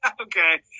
Okay